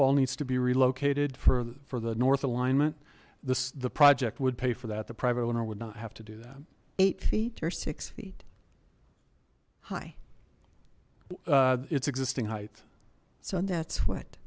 wall needs to be relocated for for the north alignment this the project would pay for that the private owner would not have to do that eight feet or six feet high it's existing height so that's what